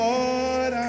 Lord